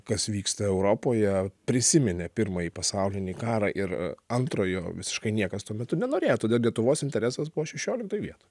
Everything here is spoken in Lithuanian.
kas vyksta europoje prisiminė pirmąjį pasaulinį karą ir antrojo visiškai niekas tuo metu nenorėjo todėl lietuvos interesas buvo šešioliktoj vietoj